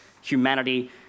humanity